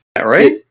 right